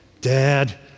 Dad